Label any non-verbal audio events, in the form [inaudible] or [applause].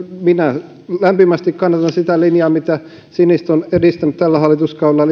minä lämpimästi kannatan sitä linjaa mitä siniset ovat edistäneet tällä hallituskaudella [unintelligible]